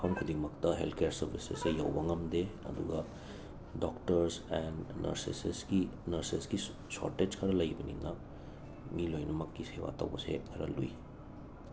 ꯃꯐꯝ ꯈꯨꯗꯤꯡꯃꯛꯇ health care ꯁꯦꯟꯇꯔꯁꯤꯡꯁꯦ ꯌꯧꯕ ꯉꯝꯗꯦ ꯑꯗꯨꯒ ꯗꯣꯛꯇꯔꯁ ꯑꯦꯟ ꯅꯔꯁꯦꯁꯦꯁꯀꯤ ꯅꯔꯁꯦꯁꯀꯤ ꯁꯣꯔꯇꯦꯆ ꯈꯔ ꯂꯩꯕꯅꯤꯅ ꯃꯤ ꯂꯣꯏꯅꯃꯛꯀꯤ ꯁꯦꯕꯥ ꯇꯧꯕꯁꯦ ꯈꯔ ꯂꯨꯏ